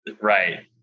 Right